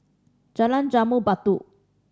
Jalan Jambu Batu